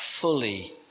fully